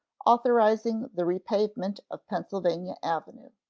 authorizing the repavement of pennsylvania avenue.